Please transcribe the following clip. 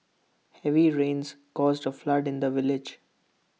heavy rains caused A flood in the village